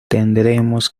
tendremos